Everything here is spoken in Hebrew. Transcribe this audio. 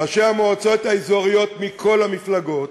ראשי המועצות האזוריות מכל המפלגות,